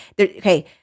Okay